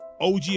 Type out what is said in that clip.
OG